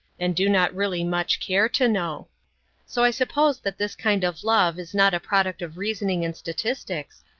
and do not really much care to know so i suppose that this kind of love is not a product of reasoning and statistics,